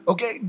Okay